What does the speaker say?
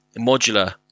modular